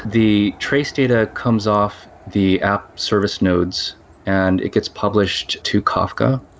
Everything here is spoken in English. the trace data comes off the app service nodes and it gets published to kafka.